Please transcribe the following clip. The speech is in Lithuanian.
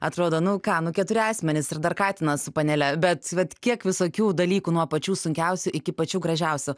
atrodo nu ką nu keturi asmenys ir dar katinas su panele bet vat kiek visokių dalykų nuo pačių sunkiausių iki pačių gražiausių